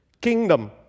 kingdom